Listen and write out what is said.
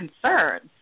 concerns